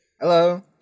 Hello